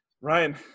ryan